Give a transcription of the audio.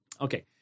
Okay